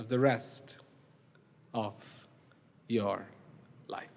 of the rest of your life